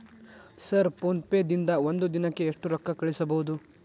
Sir PhonePe ದಿಂದ ಒಂದು ದಿನಕ್ಕೆ ಎಷ್ಟು ರೊಕ್ಕಾ ಕಳಿಸಬಹುದು?